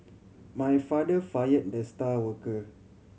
my father fire the star worker